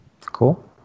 cool